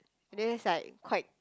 and then it's like quite